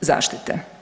zaštite.